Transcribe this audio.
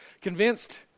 Convinced